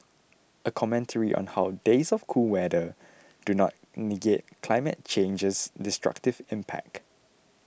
a commentary on how days of cool weather do not negate climate change's destructive impact